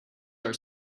are